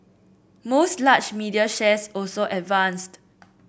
most large media shares also advanced